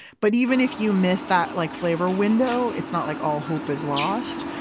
but even if you miss that like flavor window it's not like all hope is lost.